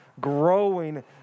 growing